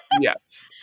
Yes